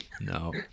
No